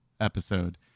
episode